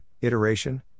iteration